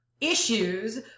issues